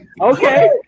Okay